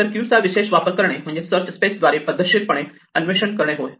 तर क्यू चा विशेष वापर करणे म्हणजे सर्च स्पेस द्वारे पद्धतशीरपणे अन्वेषण करणे होय